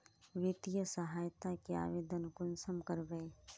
वित्तीय सहायता के आवेदन कुंसम करबे?